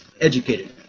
educated